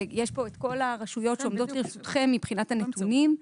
ויש פה את כל הרשויות שעומדות לרשותכם מבחינת הנתונים.